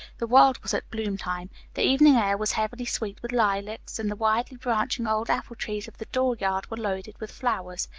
the world was at bloom-time. the evening air was heavily sweet with lilacs, and the widely branching, old apple trees of the dooryard with loaded with flowers.